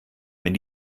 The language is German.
wenn